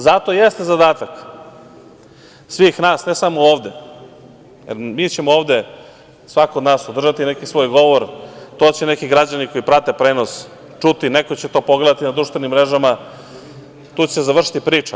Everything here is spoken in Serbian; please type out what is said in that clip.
Zato jeste zadatak svih nas, ne samo ovde, jer mi ćemo ovde, svako od nas, održati neki svoj govor, to će neki građani koji prate prenos čuti, neko će to pogledati na društvenim mrežama, tu će se završiti priča.